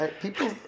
people